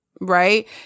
right